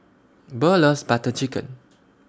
Burl loves Butter Chicken